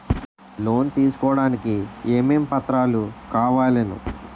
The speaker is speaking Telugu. లోన్ తీసుకోడానికి ఏమేం పత్రాలు కావలెను?